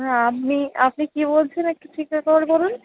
হ্যাঁ আপনি আপনি কী বলছেন একটু ঠিকঠাক করে বলুন